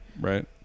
Right